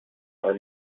are